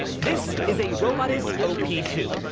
this is a robotis o p two,